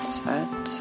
set